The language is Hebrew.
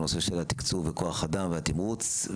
הנושא של התקצוב וכוח האדם והתמרוץ,